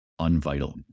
unvital